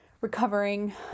recovering